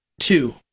two